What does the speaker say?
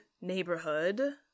neighborhood